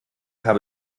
habe